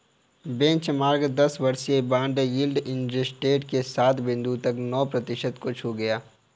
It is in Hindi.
बेंचमार्क दस वर्षीय बॉन्ड यील्ड इंट्राडे ट्रेड में सात बिंदु एक नौ प्रतिशत को छू गया